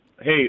Hey